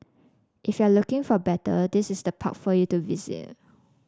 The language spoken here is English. if you're looking for battle this is the park for you to visit